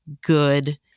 good